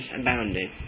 abounded